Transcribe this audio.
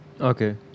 Okay